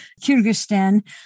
Kyrgyzstan